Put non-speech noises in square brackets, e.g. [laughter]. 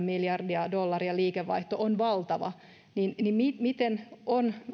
[unintelligible] miljardin dollarin liikevaihto on valtava eli miten on